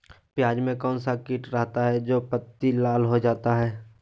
प्याज में कौन सा किट रहता है? जो पत्ती लाल हो जाता हैं